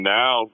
now